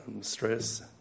stress